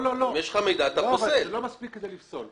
נניח שהמידע לא מספיק כדי לפסול.